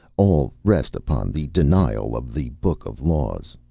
all rest upon the denial of the book of laws.